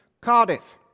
Cardiff